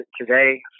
today